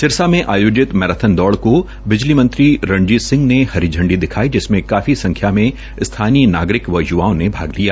सिरसा में आयोजित मैराथन दौड़ को बिजली मंत्री रंजीत सिंह ने हरी झंडी दिखाई जिसमें काफी संख्या में स्थानीय नागरिक व य्वाओं ने हिस्सा लिया